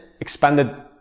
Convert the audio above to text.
expanded